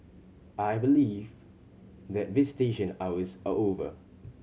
I believe that visitation hours are over